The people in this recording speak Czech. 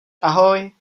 ahoj